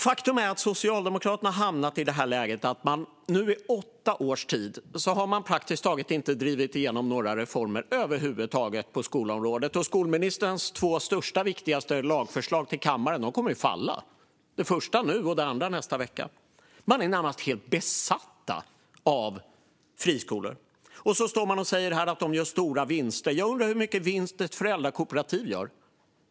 Faktum är att Socialdemokraterna har hamnat i ett läge där de nu i åtta års tid praktiskt taget inte har drivit igenom några reformer på skolområdet över huvud taget. Och skolministerns två största viktigaste lagförslag till kammaren kommer att falla, det första nu och det andra i nästa vecka. Socialdemokraterna är närmast helt besatta av friskolor. De står här och säger att friskolorna gör stora vinster. Jag undrar hur mycket vinst ett föräldrakooperativ gör.